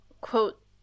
quote